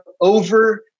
over